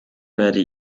werde